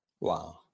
Wow